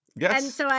Yes